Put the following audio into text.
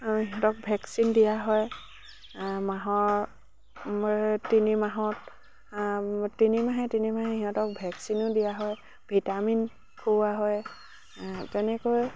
সিহঁতক ভেকচিন দিয়া হয় মাহৰ মূৰত তিনি মাহত তিনিমাহে তিনিমাহে সিহঁতক ভেকচিনো দিয়া হয় ভিটামিন খুওৱা হয় তেনেকৈ